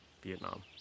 Vietnam